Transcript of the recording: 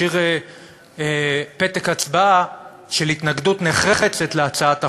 השאיר פתק הצבעה של התנגדות נחרצת להצעת החוק.